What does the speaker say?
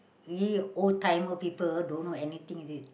we old timer people don't know anything is it